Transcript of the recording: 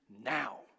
now